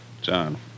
John